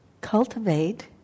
Cultivate